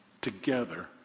together